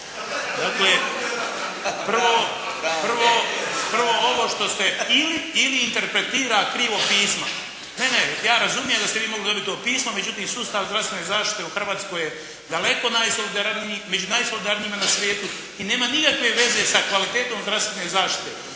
prvo, prvo ovo što ste, ili interpretira krivo pisma. Ne, ne, ja razumijem da ste vi mogli dobiti to pismo. Međutim sustav zdravstvene zaštite u Hrvatskoj je daleko najsolidarniji, među najsolidarnijima n a svijetu i nema nikakve veze sa kvalitetom zdravstvene zaštite.